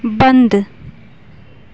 بند